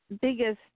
biggest